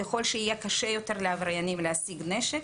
ככל שיהיה קשה יותר לעבריינים להשיג נשק,